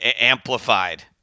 amplified